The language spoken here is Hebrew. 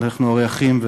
אנחנו הרי אחים,